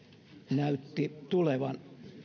näytti tulevan